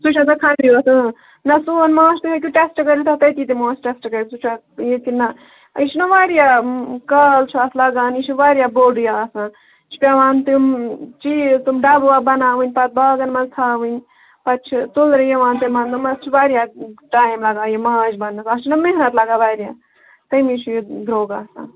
سُہ چھُ آسان کھنٛڈٕے یوٗت اۭں نَہ سون ماچھ تُہۍ ہیٚکِو ٹیٚسٹہٕ کٔرِتھ اَتھ تٔتی دِمو أسۍ ٹیٚسٹہٕ کٔرِتھ سُہ چھا یہِ کِن نَہ أسۍ چھِنَہ وارِیاہ کال چھُ اَتھ لَگان یہِ چھُ وارِیاہ بوٚڑ یہِ آسان یہِ چھُ پیٚوان تِم چیٖز تِم ڈبہٕ وَبہٕ بَناوٕنۍ پتہٕ باغن منٛز تھاوٕنۍ پتہٕ چھِ تُلرِ یِوان تِمن اَتھ چھُ وارِیاہ ٹایم لَگان یہِ ماچھ بنٛنس اَتھ چھِنہَ محنت لَگان واریاہ تمے چھُ یہِ درٛوگ آسان